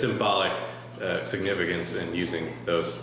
symbolic significance in using those